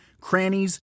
crannies